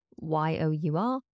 Y-O-U-R